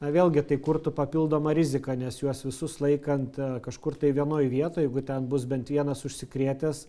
na vėlgi tai kurtų papildomą riziką nes juos visus laikant kažkur tai vienoj vietoj jeigu ten bus bent vienas užsikrėtęs